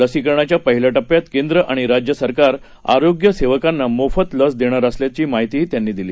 लसीकरणाच्यापहिल्याटप्प्यातकेंद्रआणिराज्यसरकारआरोग्यसेवकांनामोफतलसदेणारअसल्याचीमाहितीत्यांनीदिली